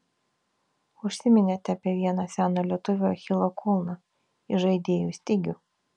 užsiminėte apie vieną seną lietuvių achilo kulną įžaidėjų stygių